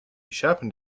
sharpened